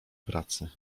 pracy